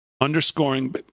underscoring